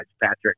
patrick